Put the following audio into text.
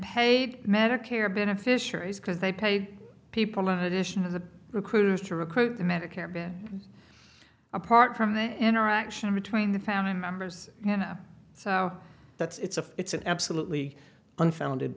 paid medicare beneficiaries because they paid people in addition to the recruiters to recruit the medicare bill apart from the interaction between the family members and so that's it's a it's an absolutely unfounded